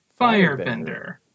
Firebender